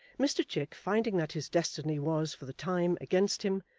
mr chick, finding that his destiny was, for the time, against him,